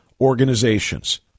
organizations